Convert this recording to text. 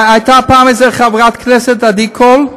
הייתה פעם איזה חברת כנסת, עדי קול,